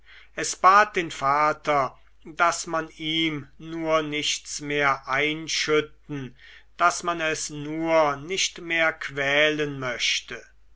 es bat den vater daß man ihm nur nichts mehr einschütten daß man es nur nicht mehr quälen möchte